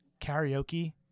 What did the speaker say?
Karaoke